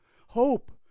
Hope